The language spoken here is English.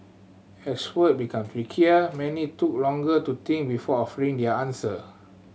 as word became trickier many took longer to think before offering their answer